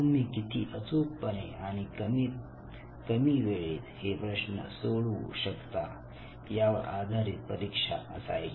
तुम्ही किती अचूकपणे आणि कमीत कमी वेळेत हे प्रश्न सोडवू शकता यावर आधारित परीक्षा असायची